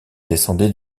descendait